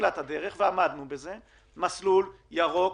מתחילת הדרך וגם עמדנו בזה, לתת מסלול ירוק